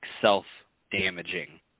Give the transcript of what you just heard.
self-damaging